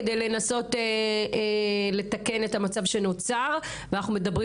כדי לנסות לתקן את המצב שנותר ואנחנו מדברים